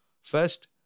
First